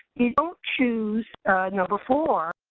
you don't choose number four,